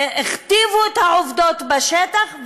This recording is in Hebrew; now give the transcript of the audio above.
הכתיבו את העובדות בשטח,